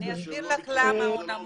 אני אסביר לך למה הוא נמוך.